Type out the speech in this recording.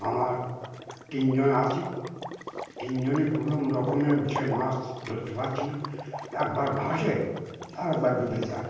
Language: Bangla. আমার তিনজন আছি তিনজনে কোনো রকমে সেই মাছ ধরতে পারছি না একবার ভাসে আর একবার ডুবে যায়